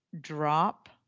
drop